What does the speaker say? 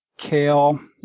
kale,